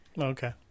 okay